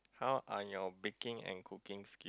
how are your baking and cooking skill